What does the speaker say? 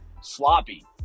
sloppy